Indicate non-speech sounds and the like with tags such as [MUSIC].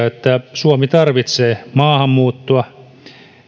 [UNINTELLIGIBLE] että suomi tarvitsee maahanmuuttoa